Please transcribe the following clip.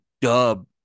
dub